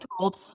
told